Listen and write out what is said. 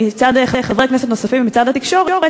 מצד חברי כנסת נוספים ומצד התקשורת,